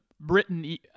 Britain